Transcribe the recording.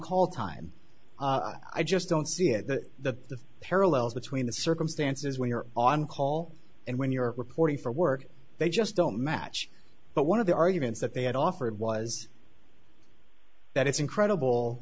call time i just don't see the parallels between the circumstances when you're on call and when you're reporting for work they just don't match but one of the arguments that they had offered was that it's incredible